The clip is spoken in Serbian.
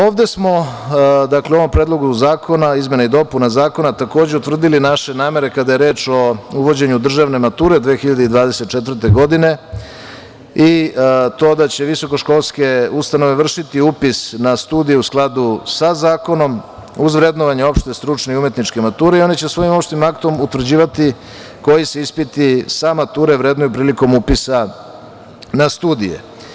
Ovde smo, u ovom predlogu zakona izmena i dopuna zakona takođe utvrdili naše namere kada je reč o uvođenju državne mature 2024. godine i to da će visokoškolske ustanove vršiti upis na studije u skladu sa zakonom uz vrednovanje opšte, stručne i umetničke mature, i oni će svojim opštim aktom utvrđivati koji se ispiti sa mature vrednuju prilikom upisa na studije.